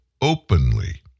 openly